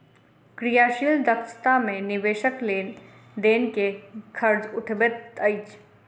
क्रियाशील दक्षता मे निवेशक लेन देन के खर्च उठबैत अछि